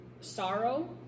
sorrow